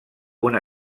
una